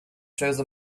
chose